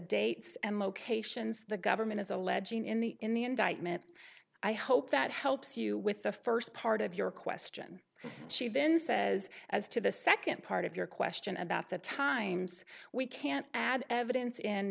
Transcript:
dates and locations the government is alleging in the in the indictment i hope that helps you with the first part of your question she then says as to the second part of your question about the times we can't add evidence